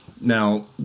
Now